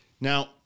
now